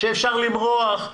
שאפשר למרוח.